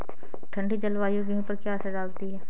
ठंडी जलवायु गेहूँ पर क्या असर डालती है?